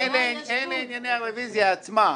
אז אני אומר אלה ענייני הרביזיה עצמה.